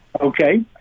okay